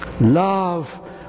love